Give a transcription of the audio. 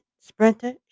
sprinter